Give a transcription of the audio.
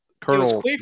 Colonel